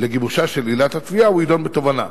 לגיבושה של עילת התביעה הוא ידון בתובענה.